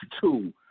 two